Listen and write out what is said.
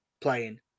playing